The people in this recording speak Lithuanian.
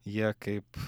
ja kaip